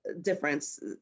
difference